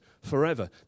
forever